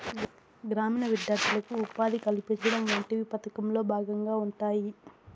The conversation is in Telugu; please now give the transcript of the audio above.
గ్రామీణ విద్యార్థులకు ఉపాధి కల్పించడం వంటివి పథకంలో భాగంగా ఉంటాయి